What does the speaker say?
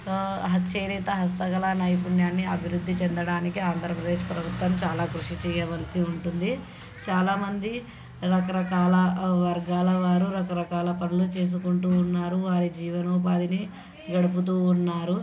చేనేత హస్త కళానైపుణ్యాన్ని అభివృద్ధి చెందడానికి ఆంధ్రప్రదేశ్ ప్రభుత్వం చాలా కృషి చేయవలసి ఉంటుంది చాలామంది రకరకాల వర్గాల వారు రకరకాల పనులు చేసుకుంటూ ఉన్నారు వారి జీవనోపాధిని గడుపుతూ ఉన్నారు